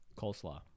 Coleslaw